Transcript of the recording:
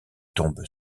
tombe